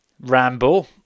ramble